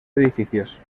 edificios